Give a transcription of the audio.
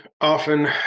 often